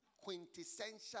quintessential